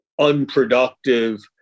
Unproductive